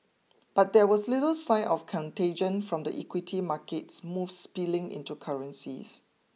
but there was little sign of contagion from the equity market moves spilling into currencies